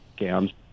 scams